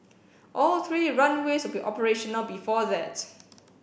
all three runways will be operational before that